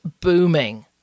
booming